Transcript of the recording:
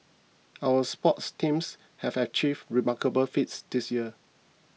our sports teams have achieved remarkable feats this year